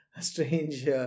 strange